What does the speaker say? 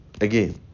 Again